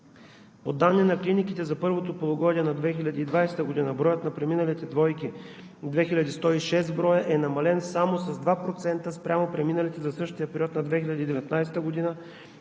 По данни на клиниките за първото полугодие на 2020 г. броят на преминалите двойки – 2106 броя, е намален само с 2% спрямо преминалите за същия период на 2019 г.